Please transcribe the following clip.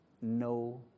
no